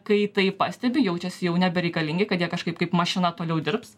kai tai pastebi jaučiasi jau nebereikalingi kad jie kažkaip kaip mašina toliau dirbs